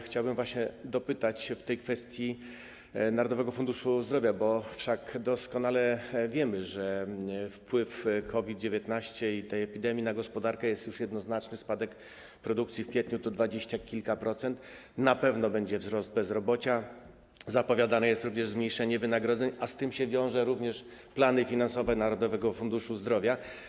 Chciałbym dopytać właśnie w kwestii Narodowego Funduszu Zdrowia, wszak doskonale wiemy, że wpływ COVID-19 i tej epidemii na gospodarkę jest już jednoznaczny, spadek produkcji w kwietniu to dwadzieścia kilka procent, na pewno będzie wzrost bezrobocia, zapowiadane jest również zmniejszenie wynagrodzeń, a z tym wiążą się również plany finansowe Narodowego Funduszu Zdrowia.